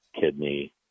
kidney